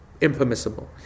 Impermissible